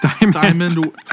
Diamond